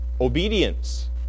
Obedience